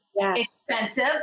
expensive